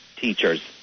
teachers